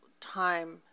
time